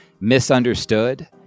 misunderstood